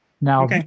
Now